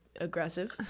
aggressive